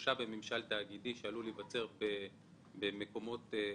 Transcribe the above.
חולשה בממשל תאגידי שעלול להיווצר במקומות אחרים.